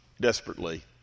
desperately